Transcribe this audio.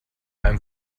einem